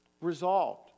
resolved